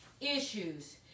issues